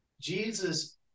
Jesus